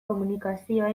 komunikazioa